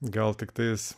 gal tiktais